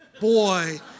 boy